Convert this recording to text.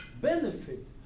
benefit